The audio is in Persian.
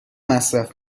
مصرف